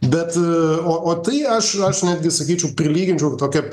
bet o o tai aš aš netgi sakyčiau prilyginčiau tokią